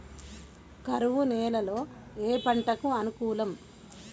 కరువు నేలలో ఏ పంటకు అనుకూలం?